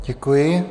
Děkuji.